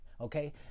Okay